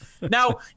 now